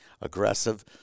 aggressive